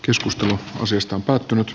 keskustelu asiasta on päättynyt